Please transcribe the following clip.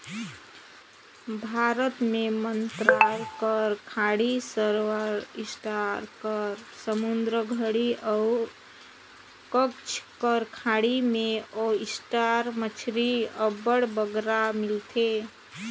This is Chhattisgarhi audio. भारत में मन्नार कर खाड़ी, सवरास्ट कर समुंदर घरी अउ कच्छ कर खाड़ी में ओइस्टर मछरी अब्बड़ बगरा मिलथे